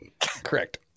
Correct